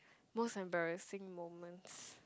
most embarrassing moments